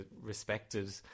respected